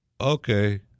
Okay